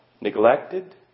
neglected